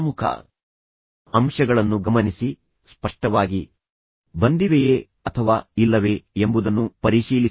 ಪ್ರಮುಖ ಅಂಶಗಳನ್ನು ಗಮನಿಸಿ ಸ್ಪಷ್ಟವಾಗಿ ಬಂದಿವೆಯೇ ಅಥವಾ ಇಲ್ಲವೇ ಎಂಬುದನ್ನು ಪರಿಶೀಲಿಸಿ